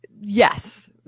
Yes